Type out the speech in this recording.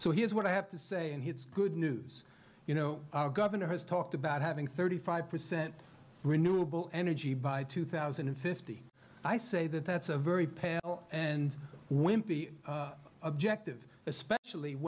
so here's what i have to say and he it's good news you know our governor has talked about having thirty five percent renewable energy by two thousand and fifty i say that that's a very pale and wimpy objective especially